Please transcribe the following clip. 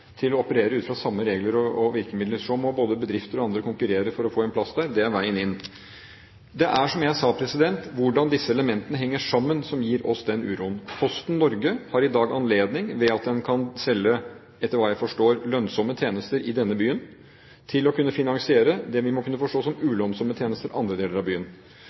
til å operere ut fra samme regler og virkemidler. Så må både bedrifter og andre konkurrere for å få en plass der – det er veien inn. Det er, som jeg sa, hvordan disse elementene henger sammen som gir oss den uroen. Posten Norge har i dag anledning ved at den kan selge – etter hva jeg forstår – lønnsomme tjenester i denne byen for å kunne finansiere det vi må kunne forstå som ulønnsomme tjenester andre